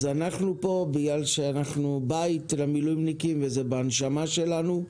אז אנחנו פה בגלל שאנחנו בית למילואימניקים וזה בנשמה שלנו,